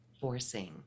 forcing